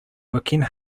working